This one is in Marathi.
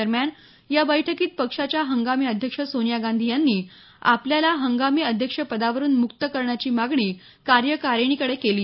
दरम्यान या बैठकीत पक्षाच्या हंगामी अध्यक्ष सोनिया गांधी यांनी आपल्याला हंगामी अध्यक्ष पदावरून मुक्त करण्याची मागणी कार्यकारिणीकडे केली